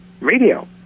radio